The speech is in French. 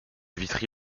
vitry